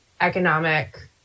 economic